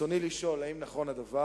ברצוני לשאול: 1. האם נכון הדבר?